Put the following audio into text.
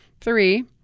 Three